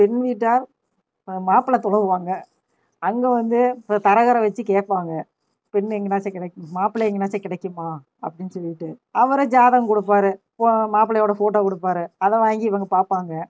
பெண் வீட்டார் மாப்பிள்ளை தொழுகுவாங்க அங்கே வந்து தரகரை வச்சு கேட்பாங்க பெண் எங்கனாச்சும் மாப்பிளை எங்கனாச்சும் கிடைக்குமா அப்படினு சொல்லிகிட்டு அவர் ஜாதகம் கொடுப்பாரு போ மாப்பிளையோடு போட்டோ கொடுப்பாரு அதை வாங்கி இவங்க பார்ப்பாங்க